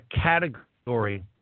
category